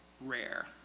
rare